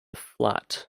flat